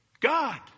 God